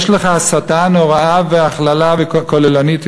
יש לך הסתה נוראה והכללה כוללנית מזו?